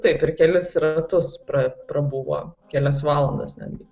taip ir kelis ratus apr prabuvo kelias valandas natgi